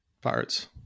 Pirates